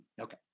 Okay